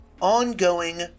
ongoing